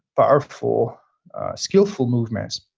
powerful skillful movements,